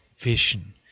vision